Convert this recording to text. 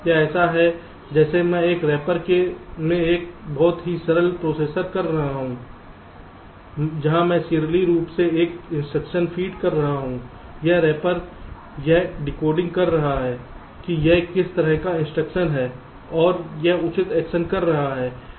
यह ऐसा है जैसे मैं इस रैपर में एक बहुत ही सरल प्रोसेसर कर रहा हूं जहां मैं सीरियली रूप से एक इंस्ट्रक्शन फीड कर रहा हूं यह रैपर यह डिकोडिंग कर रहा है कि यह किस तरह का इंस्ट्रक्शन है और यह उचित एक्शन कर रहा है